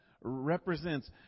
represents